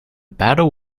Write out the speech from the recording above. battle